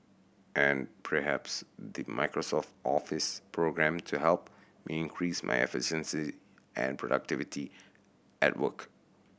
and perhaps the Microsoft Office programme to help me increase my efficiency and productivity at work